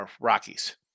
Rockies